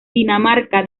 dinamarca